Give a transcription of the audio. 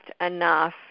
enough